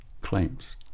claims